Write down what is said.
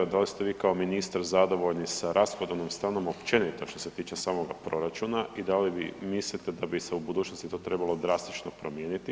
Da li ste vi kao ministar zadovoljni sa rashodovnom stranom općenito što se tiče samoga proračuna i da li vi mislite da bi se u budućnosti to trebalo drastično promijeniti?